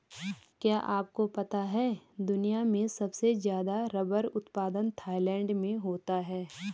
क्या आपको पता है दुनिया में सबसे ज़्यादा रबर उत्पादन थाईलैंड में होता है?